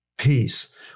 Peace